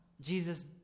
Jesus